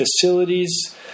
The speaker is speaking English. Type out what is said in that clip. facilities